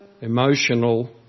emotional